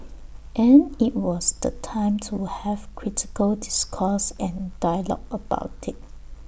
and IT was the time to have critical discourse and dialogue about IT